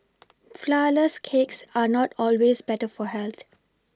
flourless cakes are not always better for health